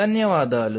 ధన్యవాదాలు